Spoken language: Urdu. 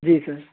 جی سر